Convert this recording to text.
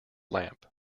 lamp